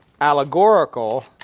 allegorical